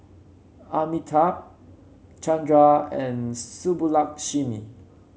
Amitabh Chandra and Subbulakshmi